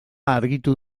argitu